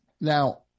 Now